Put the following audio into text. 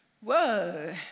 whoa